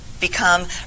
become